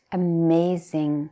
amazing